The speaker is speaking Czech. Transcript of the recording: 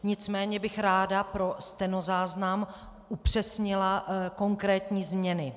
Nicméně bych ráda pro stenozáznam upřesnila konkrétní změny.